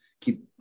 keep